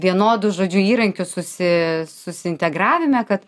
vienodus žodžiu įrankius susi susiintegravime kad